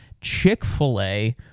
Chick-fil-A